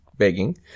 begging